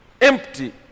empty